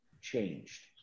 changed